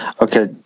Okay